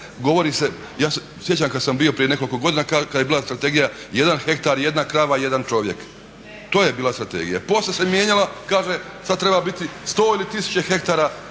govori se, ja se sjećam kada sam bio prije nekoliko godina kada je bila strategija 1 hektar 1 krava 1 čovjek, to je bila strategija. Poslije se mijenjala, kaže sada treba biti 100 ili 1000 hektara